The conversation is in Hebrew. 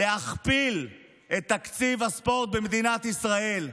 להכפיל את תקציב הספורט במדינת ישראל,